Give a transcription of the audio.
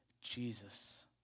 Jesus